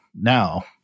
Now